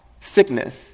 sickness